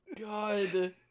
God